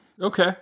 Okay